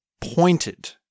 pointed